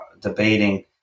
debating